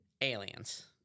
aliens